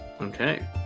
Okay